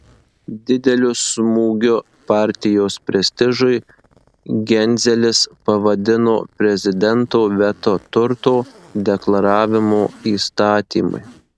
dideliu smūgiu partijos prestižui genzelis pavadino prezidento veto turto deklaravimo įstatymui